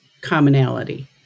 commonality